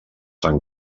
fan